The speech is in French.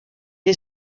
est